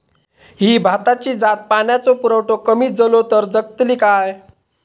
ही भाताची जात पाण्याचो पुरवठो कमी जलो तर जगतली काय?